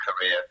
career